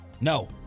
No